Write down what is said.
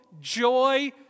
joy